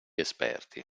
esperti